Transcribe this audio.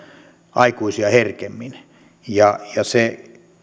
aikuisia herkemmin ja se